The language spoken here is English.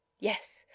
yes,